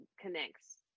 connects